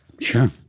Sure